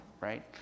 right